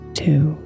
two